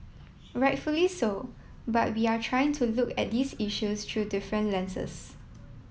rightfully so but we are trying to look at these issues through different lenses